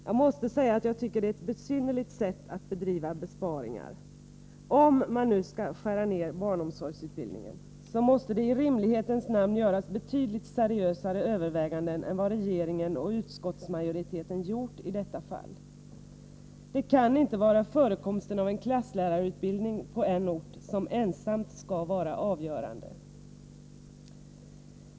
Jag måste säga att jag tycker att det är ett besynnerligt sätt att göra besparingar. Om man skall skära ned barnomsorgsutbildningen, måste i rimlighetens namn betydligt seriösare överväganden göras än vad regeringen och utskottsmajoriteten gjort detta fall. Det kan inte enbart vara förekomsten av en klasslärarutbildning på en ort som skall vara avgörande.